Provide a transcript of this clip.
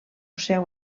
seu